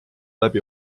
läbi